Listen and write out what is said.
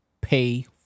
pay